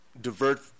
divert